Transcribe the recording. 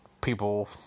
people